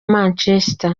manchester